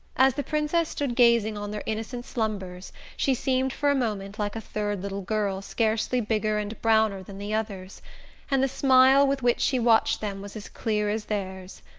as the princess stood gazing on their innocent slumbers she seemed for a moment like a third little girl scarcely bigger and browner than the others and the smile with which she watched them was as clear as theirs.